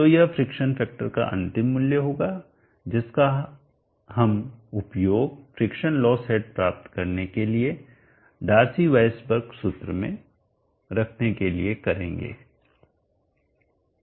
तो यह friction factor का अंतिम मूल्य होगा जिसका हम इसका उपयोग फ्रिक्शन लॉस हेड प्राप्त करने के लिए डार्सी व़ेईसबर्क सूत्र में रखने के लिए करेंगे